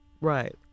right